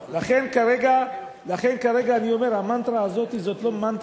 לכן, כרגע המנטרה הזאת היא כבר לא מנטרה.